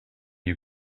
you